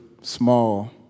small